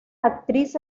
actriz